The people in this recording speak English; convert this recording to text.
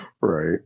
Right